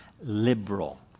liberal